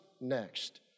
next